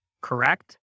correct